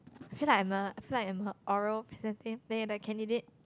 I feel like I'm a I feel like I'm a oral presenting than you're the candidate